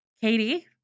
Katie